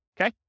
okay